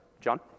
John